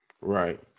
right